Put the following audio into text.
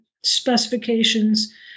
specifications